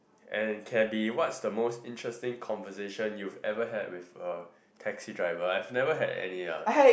and can be what's the most interesting conversation you have ever had with a taxi driver I've never had any ah